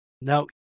Now